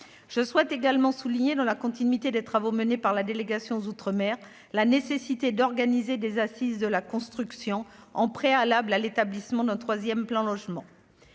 Je souhaite également insister, dans la continuité des travaux menés par la délégation aux outre-mer, sur la nécessité d'organiser des assises de la construction, en préalable à l'établissement d'un troisième plan Logement